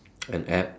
an App